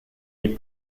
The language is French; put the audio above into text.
les